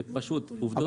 זה עובדות בשטח.